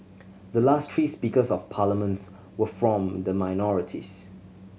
the last three Speakers of Parliaments were from the minorities